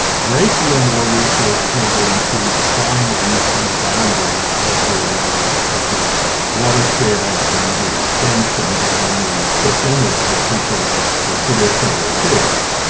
great deal more research went into defining the boundaries of the of of the watershed and the extension down the cook inlet where people a traditionally fish.